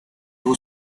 who